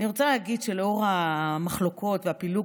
אני רוצה להגיד שלנוכח המחלוקות והפילוג